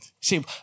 See